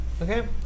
Okay